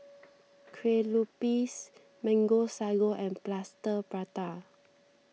Lueh Lupis Mango Sago and Plaster Prata